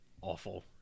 awful